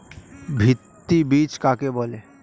ভিত্তি বীজ কাকে বলে?